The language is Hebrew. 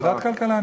ועדת כלכלה.